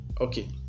okay